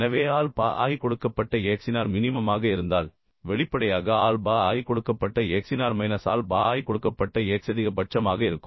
எனவே alpha i கொடுக்கப்பட்ட x இன் r மினிமமாக இருந்தால் வெளிப்படையாக ஆல்பா i கொடுக்கப்பட்ட x இன் r மைனஸ் ஆல்பா i கொடுக்கப்பட்ட x அதிகபட்சமாக இருக்கும்